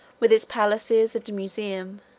with its palaces and musaeum,